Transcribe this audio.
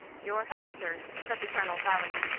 your health, sir, said the colonel, bowing.